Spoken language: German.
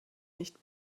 nicht